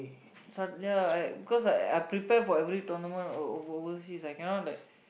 suddenly ya I I cause I prepare for every tournament overseas I cannot like